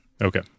Okay